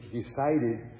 decided